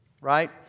Right